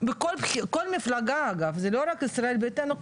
כל מפלגה אגב זה לא רק ישראל ביתנו,